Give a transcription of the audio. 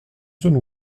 zone